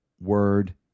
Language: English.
word